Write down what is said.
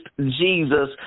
Jesus